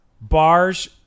bars